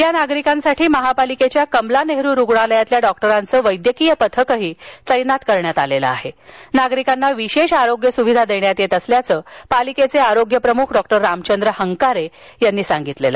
या नागरिकांसाठी महापालिकेच्या कमला नेहरू रुग्णालयातील डॉक्टरांचे वैद्यकीय पथक तैनात करण्यात आलं असून नागरिकांना विशेष आरोग्य सुविधा देण्यात येत असल्याचं पालिकेचे आरोग्य प्रमुख डॉक्टर रामचंद्र हंकारे यांनी सांगितलं